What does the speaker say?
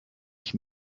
ich